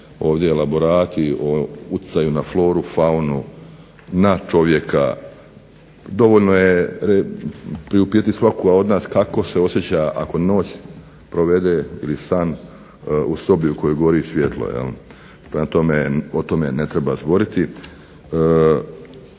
ovdje elaborati o utjecaju na floru, faunu, na čovjeka. Dovoljno je priupitati svakoga od nas kako se osjeća ako noć provede ili san u sobi u kojoj gori svjetlo. Prema tome, o tome ne treba zboriti.